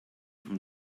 from